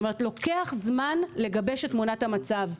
לוקח זמן לגבש את תמונת המצב.